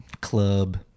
club